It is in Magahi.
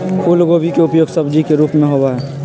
फूलगोभी के उपयोग सब्जी के रूप में होबा हई